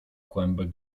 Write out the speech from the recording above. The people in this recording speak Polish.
kłębek